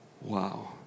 Wow